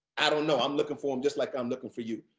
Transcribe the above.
i don't know. i'm looking for him just like i'm looking for you.